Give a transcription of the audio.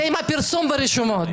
זה עם הפרסום ברשומות.